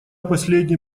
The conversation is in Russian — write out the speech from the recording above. последние